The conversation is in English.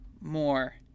more